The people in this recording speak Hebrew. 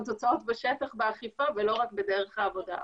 תוצאות בשטח באכיפה ולא רק בדרך העבודה,